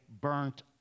burnt